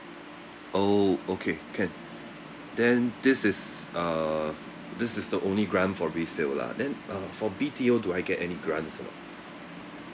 oh okay can then this is uh this is the only grant for resale lah then uh for B_T_O do I get any grants or not